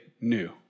new